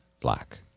black